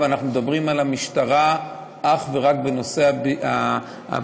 ואנחנו מדברים על המשטרה אך ורק בנושא הביטחוני,